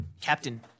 Captain